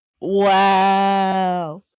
Wow